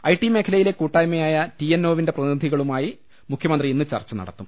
I T മേഖലയിലെ കൂട്ടായ്മയായ TNO വിന്റെ പ്രതിനിധി കളുമായി മുഖ്യമന്ത്രി ഇന്ന് ചർച്ച നടത്തും